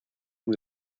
muy